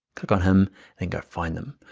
click on him and go find them.